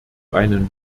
einen